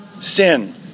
sin